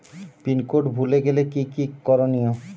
Pin code ভুলে গেলে কি কি করনিয়?